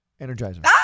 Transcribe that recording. Energizer